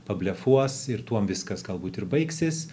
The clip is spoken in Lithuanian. pablefuos ir tuom viskas galbūt ir baigsis